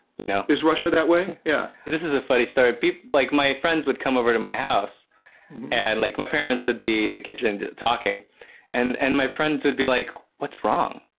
you know is russia that way. yeah, this is a funny story people like my friends would come over to my house and like my parents would be in the kitchen and talking and and my friends would be like, what's wrong?